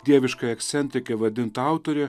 dieviški akcentai vadinta autorė